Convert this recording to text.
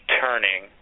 turning